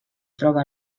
troba